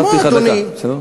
הוספתי לך דקה, בסדר?